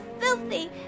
filthy